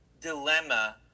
dilemma